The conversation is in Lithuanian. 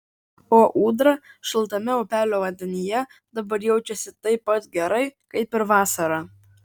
o ūdra šaltame upelio vandenyje dabar jaučiasi taip pat gerai kaip ir vasarą